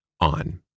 on